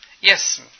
Yes